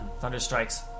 Thunderstrike's